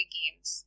games